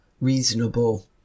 reasonable